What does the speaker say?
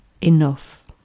enough